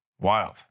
Wild